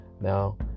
Now